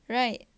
right